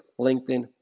LinkedIn